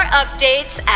updates